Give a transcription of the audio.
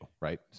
right